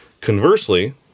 Conversely